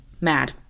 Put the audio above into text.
mad